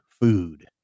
food